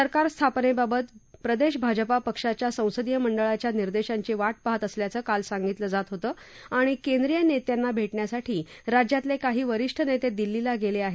सरकार स्थापनेबाबत प्रदेशभाजपा पक्षाच्या संसदीय मंडळाच्या निर्देशांची वाट पाहात असल्याचं काल सांगितलं जात होतं आणि केंद्रीय नेत्यांना भेटण्यासाठी राज्यातले काही वरीष्ठ नेते दिल्लीला गेले आहेत